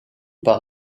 par